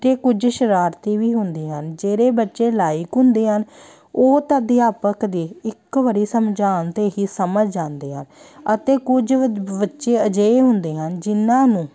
ਅਤੇ ਕੁਝ ਸ਼ਰਾਰਤੀ ਵੀ ਹੁੰਦੇ ਹਨ ਜਿਹੜੇ ਬੱਚੇ ਲਾਈਕ ਹੁੰਦੇ ਹਨ ਉਹ ਤਾਂ ਅਧਿਆਪਕ ਦੇ ਇੱਕ ਵਾਰੀ ਸਮਝਾਉਣ 'ਤੇ ਹੀ ਸਮਝ ਜਾਂਦੇ ਆ ਅਤੇ ਕੁਝ ਬ ਬੱਚੇ ਅਜਿਹੇ ਹੁੰਦੇ ਹਨ ਜਿੰਨ੍ਹਾਂ ਨੂੰ